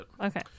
Okay